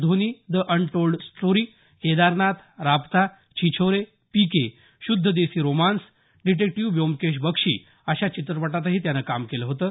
Dhoni the untold story Kedarnath Raabta Chhichhore PK श्रद्ध Desi romance detective Byomkesh Bakshi अशा चित्रपटांतही त्यानं काम केलं होतं